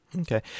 Okay